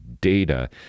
data